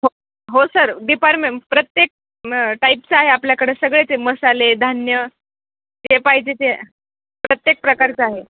हो हो सर बिपारमें प्रत्येक टाईपचं आहे आपल्याकडं सगळेचे मसाले धान्य जे पाहिजे ते प्रत्येक प्रकारचं आहे